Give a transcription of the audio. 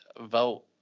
vote